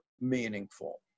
meaningful